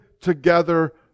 together